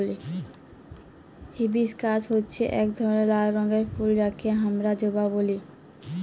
hibiscus হচ্যে এক রকমের লাল রঙের ফুল যাকে হামরা জবা ব্যলি